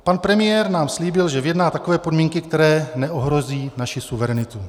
Pan premiér nám slíbil, že vyjedná takové podmínky, které neohrozí naši suverenitu.